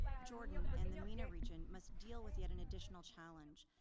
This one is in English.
jordan and the mena region must deal with yet an additional challenge,